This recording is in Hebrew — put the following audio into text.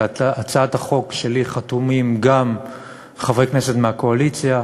על הצעת החוק שלי חתומים גם חברי כנסת מהקואליציה.